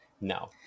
no